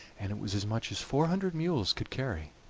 and it was as much as four hundred mules could carry.